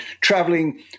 traveling